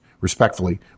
Respectfully